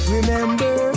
Remember